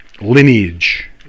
lineage